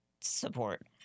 support